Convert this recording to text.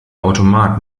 automat